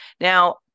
Now